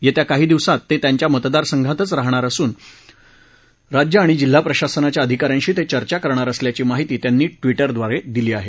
पुढल्या काही दिवसांमधे ते त्यांच्या मतदारसंघातच राहणार असून राज्य आणि जिल्हा प्रशासनाच्या अधिकाऱ्यांशी ते चर्चा करणार असल्याची माहिती त्यांनी ट्विटरद्वारे दिली आहे